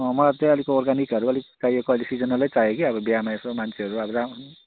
अँ मलाई त्यहाँतिरको अर्ग्यानिकहरू अलिक चाहिएको अहिले सिजनल नै चाहिएको कि अब बिहामा यसो मान्छेहरू आउला